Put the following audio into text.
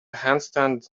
handstand